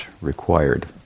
required